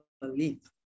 believe